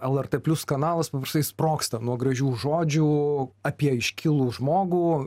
lrt plius kanalas paprastai sprogsta nuo gražių žodžių apie iškilų žmogų